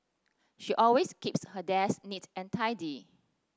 she always keeps her desk neat and tidy